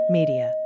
Media